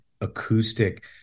acoustic